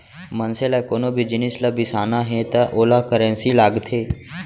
मनसे ल कोनो भी जिनिस ल बिसाना हे त ओला करेंसी लागथे